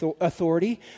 authority